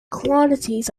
quantities